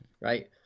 Right